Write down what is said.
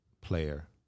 player